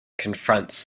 confronts